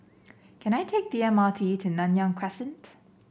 can I take the M R T to Nanyang Crescent